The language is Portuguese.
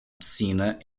piscina